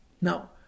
Now